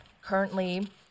currently